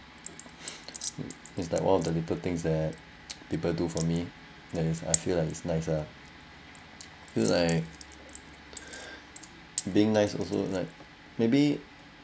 is like one of the little things that people do for me that is I feel like it's nice lah feel like being nice also like maybe